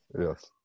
Yes